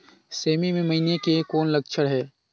सेमी मे मईनी के कौन लक्षण हे?